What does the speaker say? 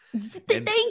thank